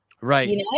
Right